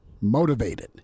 motivated